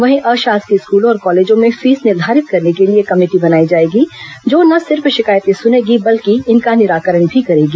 वहीं अशासकीय स्कूलों और कॉलेजों में फीस निर्धारित करने के लिए एक कमेटी बनाई जाएगी जो न सिर्फ शिकायतें सुनेगी बल्कि इनका निराकरण भी करेगी